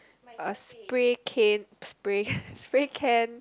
uh spray cane spray can